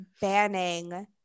banning